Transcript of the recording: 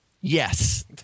Yes